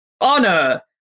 honor